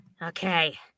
Okay